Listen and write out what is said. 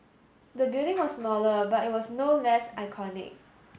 the building was smaller but it was no less iconic